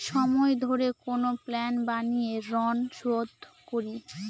সময় ধরে কোনো প্ল্যান বানিয়ে ঋন শুধ করি